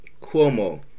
Cuomo